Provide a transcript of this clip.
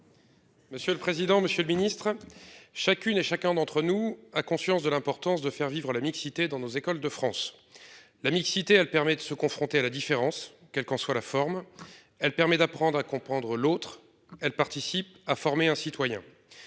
Monsieur le président, Monsieur le Ministre, chacune et chacun d'entre nous a conscience de l'importance de faire vivre la mixité dans nos écoles de France. La mixité, elle permet de se confronter à la différence, quelle qu'en soit la forme. Elle permet d'apprendre à comprendre l'autre. Elle participe à former un citoyen.